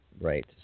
Right